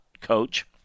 coach